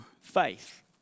faith